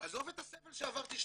עזוב את הסבל שעברתי שנתיים,